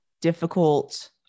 difficult